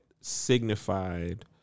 signified